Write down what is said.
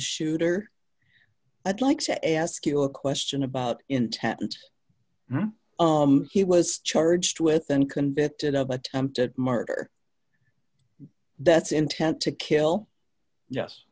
shooter i'd like to ask you a question about intent he was charged with and convicted of attempted murder that's intent to kill yes